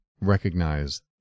recognize